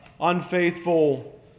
unfaithful